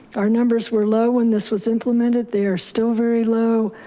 our numbers were low when this was implemented. they're still very low.